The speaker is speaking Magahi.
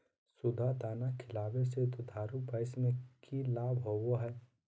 सुधा दाना खिलावे से दुधारू पशु में कि लाभ होबो हय?